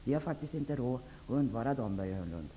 Vi har faktiskt inte råd att undvara dem, Börje Hörnlund.